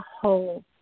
whole